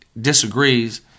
disagrees